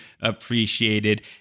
appreciated